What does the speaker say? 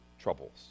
troubles